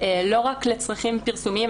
לא רק לצרכים פרסומיים.